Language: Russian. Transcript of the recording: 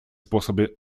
способы